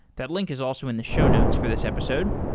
that link is also in the show notes for this episode.